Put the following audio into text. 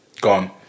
Gone